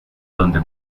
donde